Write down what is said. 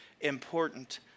important